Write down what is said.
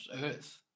earth